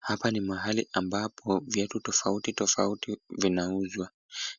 Hapa ni mahali ambapo viatu tofauti tofauti vinauzwa.